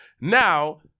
Now